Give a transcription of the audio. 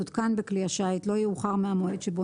תותקן בכלי השיט לא יאוחר מהמועד שבו